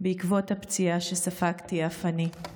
בעקבות הפציעה שספגתי אף אני.